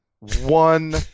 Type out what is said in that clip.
One